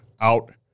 out